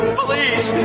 please